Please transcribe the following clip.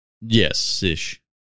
Yes-ish